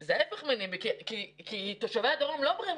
זה ההיפך מנמב"י, כי תושבי הדרום לא אומרים